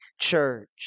church